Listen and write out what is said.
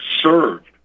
served